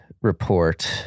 report